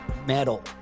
Metal